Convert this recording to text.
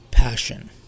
Passion